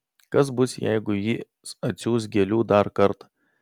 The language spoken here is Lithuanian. kas bus jeigu jis atsiųs gėlių dar kartą